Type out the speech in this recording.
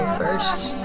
first